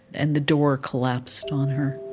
and the door collapsed on her